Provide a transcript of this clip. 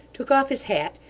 took off his hat,